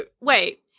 wait